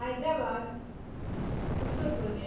Hyderabad Uttar Pradesh